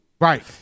Right